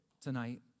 tonight